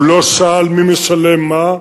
הוא לא שאל מי משלם מה,